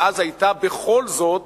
ואז היתה בכל זאת